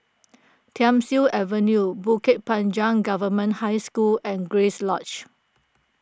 Thiam Siew Avenue Bukit Panjang Government High School and Grace Lodge